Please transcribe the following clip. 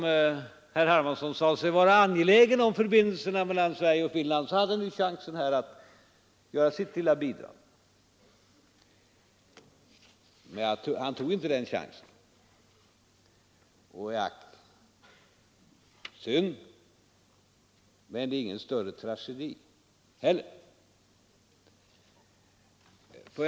Herr Hermansson som säger sig vara angelägen om förbindelserna mellan Sverige och Finland, hade här kunnat ta chansen att ge sitt lilla bidrag, men han tog inte den chansen. Det var synd, men det är inte heller någon större tragedi.